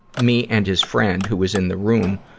me and his friend, who was in the room,